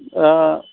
ओ